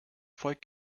volk